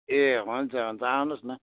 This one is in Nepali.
ए हुन्छ हुन्छ आउनुहोस् न